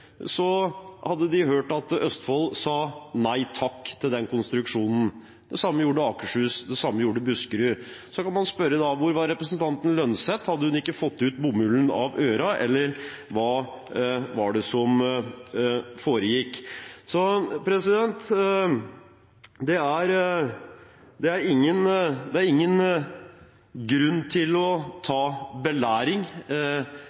sa nei takk til den konstruksjonen. Det samme gjorde Akershus. Det samme gjorde Buskerud. Så kan man spørre: Hvor var representanten Holm Lønseth? Hadde hun ikke fått ut bomullen av ørene – eller hva var det som foregikk? Det er ingen grunn til å ta imot belæring fra regjeringspartiene – nå inkludert Venstre– om å